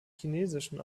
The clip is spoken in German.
chinesischen